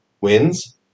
wins